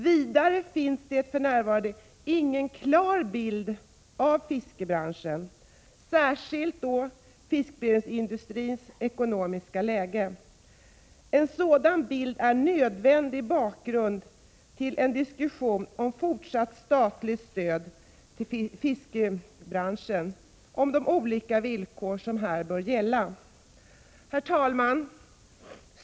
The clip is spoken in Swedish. Vidare finns det för närvarande ingen klar bild av fiskebranschens, särskilt fiskberedningsindustrins, ekonomiska läge. En sådan bild är en nödvändig bakgrund till en diskussion om fortsatt statligt stöd till fiskberedningsbranschen och vilka villkor som därvid bör gälla. Herr talman!